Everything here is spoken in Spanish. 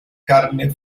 carne